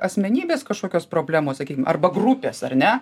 asmenybės kašokios problemos arba grupės ar ne